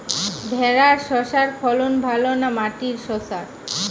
ভেরার শশার ফলন ভালো না মাটির শশার?